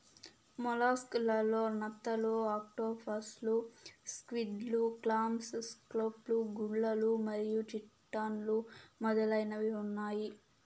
mollusc లలో నత్తలు, ఆక్టోపస్లు, స్క్విడ్, క్లామ్స్, స్కాలోప్స్, గుల్లలు మరియు చిటాన్లు మొదలైనవి ఉన్నాయి